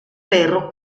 perro